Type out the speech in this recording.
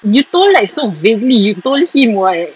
you told like so vaguely you told him what